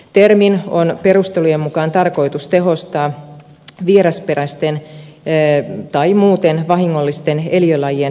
termin on perustelujen mukaan tarkoitus tehostaa vierasperäisten tai muuten vahingollisten eliölajien vähentämismahdollisuuksia